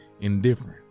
indifferent